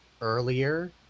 earlier